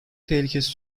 tehlikesi